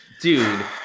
dude